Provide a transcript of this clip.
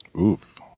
Oof